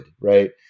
Right